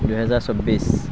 দুহেজাৰ চৌব্বিছ